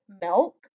milk